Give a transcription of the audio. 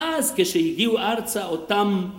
אז כשהגיעו ארצה אותם...